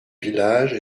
village